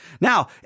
Now